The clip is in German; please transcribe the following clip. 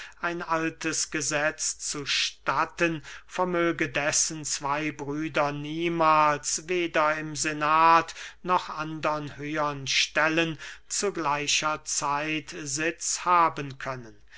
ein altes gesetz zu statten vermöge dessen zwey brüder niemahls weder im senat noch andern höhern stellen zu gleicher zeit sitz haben können